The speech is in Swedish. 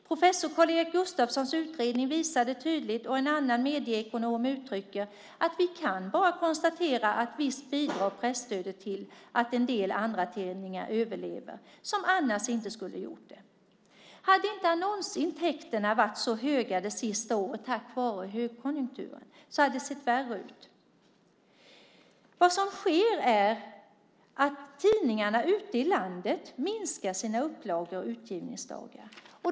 Professor Karl-Erik Gustafssons utredning visade tydligt, och även en annan medieekonom uttrycker, att vi bara kan konstatera att presstödet bidrar till att en del andratidningar överlever men som annars inte skulle ha gjort det. Om annonsintäkterna inte hade varit så höga under det senaste året tack vare högkonjunkturen hade det sett värre ut. Vad som sker är att tidningarna ute i landet minskar sina upplagor och antalet utgivningsdagar.